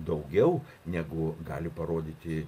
daugiau negu gali parodyti